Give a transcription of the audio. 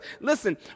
Listen